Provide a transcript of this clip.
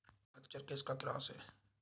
खच्चर किसका क्रास है?